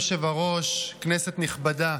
אדוני היושב-ראש, כנסת נכבדה,